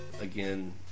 again